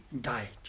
diet